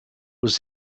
was